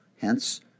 Hence